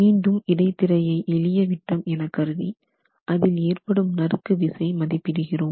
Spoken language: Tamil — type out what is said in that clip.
மீண்டும் இடைத்திரையை எளிய விட்டம் என்று கருதி அதில் ஏற்படும் நறுக்கு விசை மதிப்பிடுகிறோம்